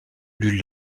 lut